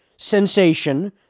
sensation